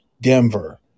Denver